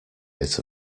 bit